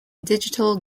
digital